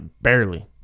barely